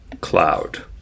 cloud